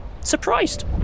surprised